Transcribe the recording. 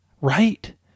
right